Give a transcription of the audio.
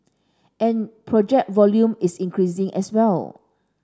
and project volume is increasing as well